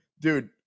dude